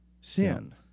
sin